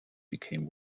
became